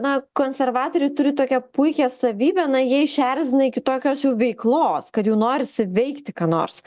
na konservatoriai turi tokią puikią savybę na jie išerzina iki tokios veiklos kad jau norisi veikti ką nors